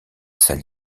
sale